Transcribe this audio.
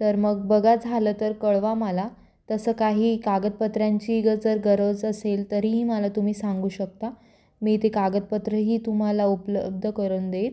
तर मग बघा झालं तर कळवा मला तसं काही कागदपत्रांची ग जर गरज असेल तरीही मला तुम्ही सांगू शकता मी ते कागदपत्रही तुम्हाला उपलब्ध करून देईल